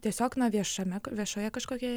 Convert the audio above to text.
tiesiog na viešame viešoje kažkokioje